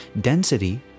density